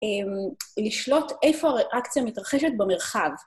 לשלוט איפה הריאקציה מתרחשת במרחב.